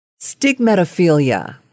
Stigmatophilia